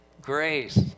Grace